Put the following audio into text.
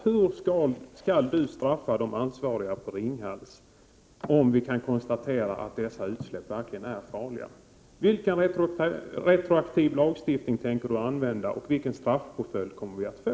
Hur skall de ansvariga på Ringhals straffas om vi kan konstatera att dessa utsläpp verkligen är farliga? Vilken retroaktiv lagstiftning tänker miljöministern använda och vilken straffpåföljd kommer de att få?